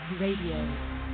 Radio